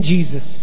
Jesus